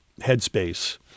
headspace